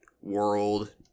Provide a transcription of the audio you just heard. World